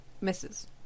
Misses